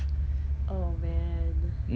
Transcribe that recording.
oh man